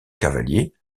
cavaliers